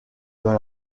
dans